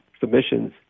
submissions